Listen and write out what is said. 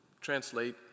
translate